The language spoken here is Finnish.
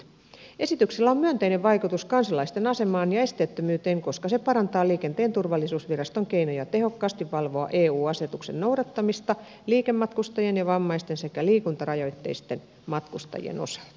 esityksellä on myönteinen vaikutus kansalaisten asemaan ja esteettömyyteen koska se parantaa liikenteen turvallisuusviraston keinoja tehokkaasti valvoa eu asetuksen noudattamista liikematkustajien ja vammaisten sekä liikuntarajoitteisten matkustajien osalta